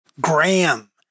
Graham